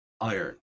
iron